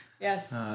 Yes